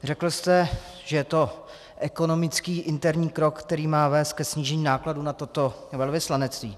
Řekl jste, že je to ekonomický interní krok, který má vést ke snížení nákladů na toto velvyslanectví.